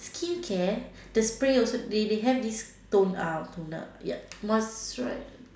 skincare the spray also they they have this tone uh toner ya moisturizer